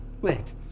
Wait